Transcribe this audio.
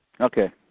Okay